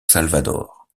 salvador